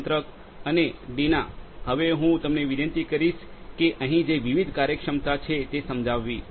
નિયંત્રક અને ડીના હવે હું તમને વિનંતી કરીશ કે અહીં જે વિવિધ કાર્યક્ષમતા છે તે સમજાવવી